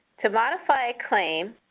to modify a claim,